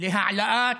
להעלאת